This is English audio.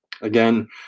Again